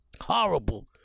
horrible